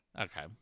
Okay